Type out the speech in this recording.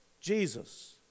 Jesus